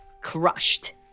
crushed